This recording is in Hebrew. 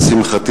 לשמחתי,